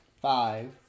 Five